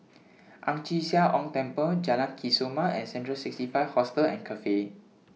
Ang Chee Sia Ong Temple Jalan Kesoma and Central sixty five Hostel and Cafe